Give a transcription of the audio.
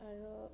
আৰু